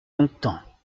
longtemps